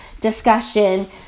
discussion